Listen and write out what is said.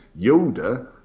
Yoda